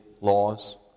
laws